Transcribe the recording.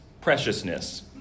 preciousness